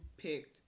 picked